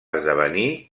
esdevenir